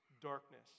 darkness